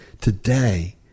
today